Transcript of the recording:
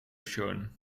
shown